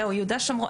יהודה ושומרון,